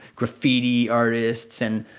graffiti artists and.